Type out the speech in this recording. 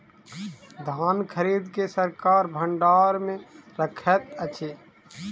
धान खरीद के सरकार भण्डार मे रखैत अछि